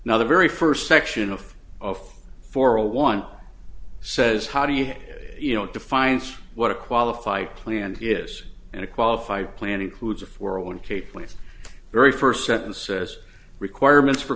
now the very first section of of four a one says how do you you know it defines what a qualified plan is and a qualified plan includes a four a one k plan very first sentence says requirements for